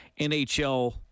NHL